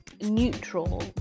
neutral